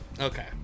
Okay